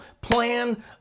plan